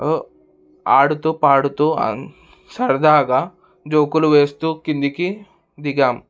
ఆడుతూ పాడుతూ సరదాగా జోకులు వేస్తూ కిందికి దిగాం